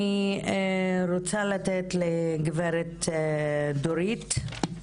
אני רוצה לתת לגברת דורית,